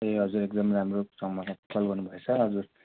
ए हजुर एकदमै राम्रो ठाँउमा कल गर्नु भएछ हजुर